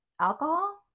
alcohol